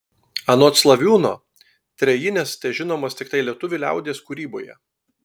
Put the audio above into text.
anot slaviūno trejinės težinomos tiktai lietuvių liaudies kūryboje